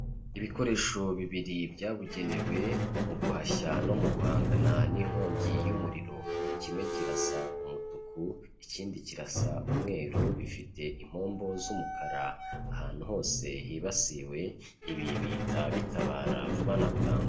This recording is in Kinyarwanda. Ibikoresho bibiri byabugenewe mu guhashya no mu guhangana n'inkongi y'umuriro. Kimwe kirasa umutuku, ikindi kirasa umweru, bifite impombo z'umukara. Ahantu hose hibasiwe, ibi bihita bitabara vuba na bwangu.